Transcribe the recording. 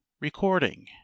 recording